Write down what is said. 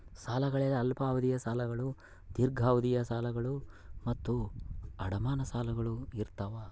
ಸಾಲಗಳಲ್ಲಿ ಅಲ್ಪಾವಧಿಯ ಸಾಲಗಳು ದೀರ್ಘಾವಧಿಯ ಸಾಲಗಳು ಮತ್ತು ಅಡಮಾನ ಸಾಲಗಳು ಇರ್ತಾವ